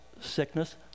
sickness